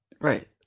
right